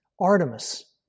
Artemis